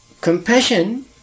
compassion